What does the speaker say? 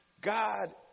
God